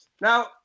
Now